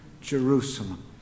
Jerusalem